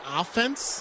offense